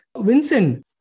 Vincent